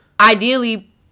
Ideally